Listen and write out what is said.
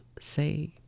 say